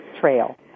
trail